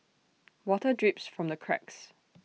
water drips from the cracks